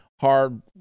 hard